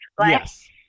Yes